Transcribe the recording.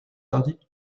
tardy